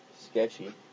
sketchy